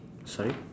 sorry